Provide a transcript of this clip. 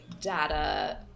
data